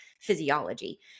physiology